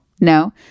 No